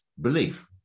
belief